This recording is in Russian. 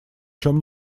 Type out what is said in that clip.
чем